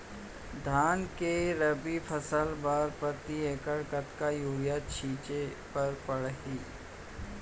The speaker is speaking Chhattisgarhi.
धान के रबि फसल बर प्रति एकड़ कतका यूरिया छिंचे बर पड़थे?